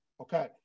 Okay